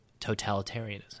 totalitarianism